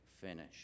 finish